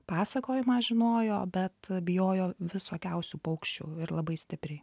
pasakojimą žinojo bet bijojo visokiausių paukščių ir labai stipriai